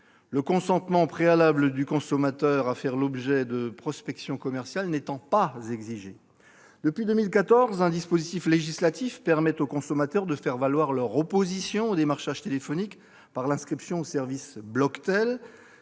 le consentement préalable du consommateur à faire l'objet de prospection commerciale n'étant pas exigé. Depuis 2014, un dispositif législatif permet aux consommateurs de faire valoir leur opposition aux démarchages téléphoniques, par l'inscription au service Bloctel.